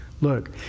Look